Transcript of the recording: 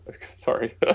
Sorry